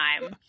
time